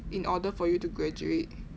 in order for you to graduate